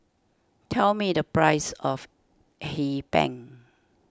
tell me the price of Hee Pan